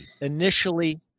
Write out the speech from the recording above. initially